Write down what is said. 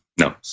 no